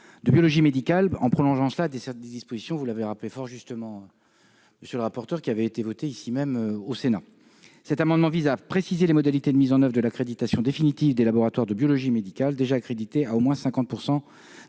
de biologie médicale, dans le prolongement de dispositions- vous l'avez fort justement rappelé -votées ici même au Sénat. Cet amendement vise à préciser les modalités de mise en oeuvre de l'accréditation définitive des laboratoires de biologie médicale déjà accrédités à au moins 50